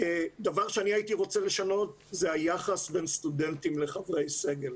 הדבר שאני הייתי רוצה לשנות זה היחס בין סטודנטים לחברי סגל.